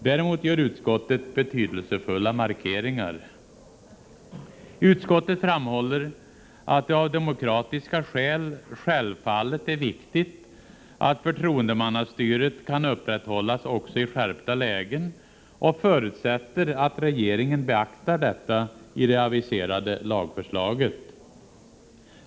Däremot gör utskottet betydelsefulla markeringar. Utskottet framhåller att det av demokratiska skäl självfallet är viktigt att förtroendemannastyret kan upprätthållas också i skärpta lägen och förutsätter att regeringen beaktar detta i det aviserade lagförslaget.